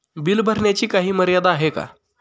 Bill भरण्याची काही मर्यादा आहे का?